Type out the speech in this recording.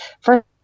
first